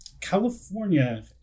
California